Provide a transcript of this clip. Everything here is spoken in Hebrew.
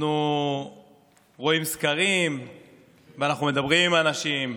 אנחנו רואים סקרים ואנחנו מדברים עם אנשים,